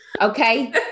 Okay